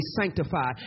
sanctified